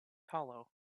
hollow